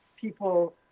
people